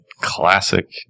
classic